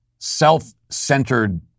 self-centered